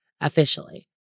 officially